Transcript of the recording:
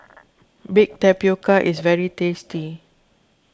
Baked Tapioca is very tasty